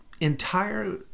entire